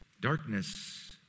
Darkness